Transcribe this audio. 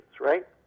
right